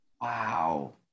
Wow